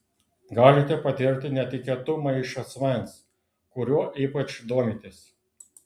galite patirti netikėtumą iš asmens kuriuo ypač domitės